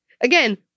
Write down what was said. Again